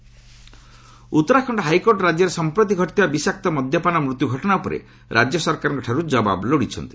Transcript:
high court ହୁଚ୍ Uttarakhand high court ରାଜ୍ୟରେ ସଂପ୍ରତି ଘଟିଥିବା ବିଷାକ୍ତ ମଦ୍ୟପାନ ମୃତ୍ୟୁ ଘଟଣା ଉପରେ ରାଜ୍ୟ ସରକାରଙ୍କ ଠାରୁ ଜବାବ ଲୋଡିଛନ୍ତି